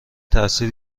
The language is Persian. تأثیر